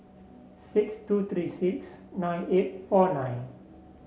six two three six nine eight four nine